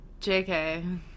jk